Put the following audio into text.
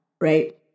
right